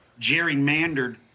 gerrymandered